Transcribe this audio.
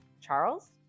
Charles